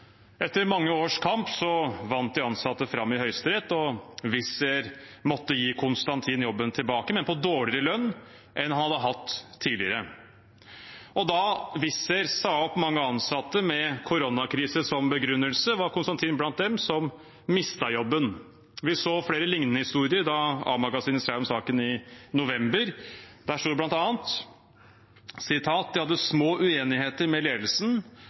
Etter mange års tap vant de ansatte fram i Høyesterett, og Wizz Air måtte gi Constantin jobben tilbake, men på dårligere lønn enn han hadde hatt tidligere. Og da Wizz Air sa opp mange ansatte, med koronakrisen som begrunnelse, var Constantin blant dem mistet jobben. Vi så flere lignende historier da A-magasinet skrev om saken i november. Der sto det bl.a.: «De hadde små uenigheter med ledelsen,